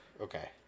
Okay